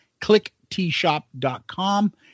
Clicktshop.com